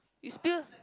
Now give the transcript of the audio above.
you spill